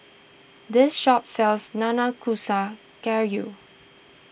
this shop sells Nanakusa Gayu